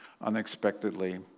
unexpectedly